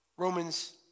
Romans